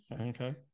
okay